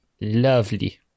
Lovely